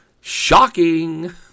Shocking